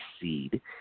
seed